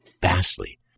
vastly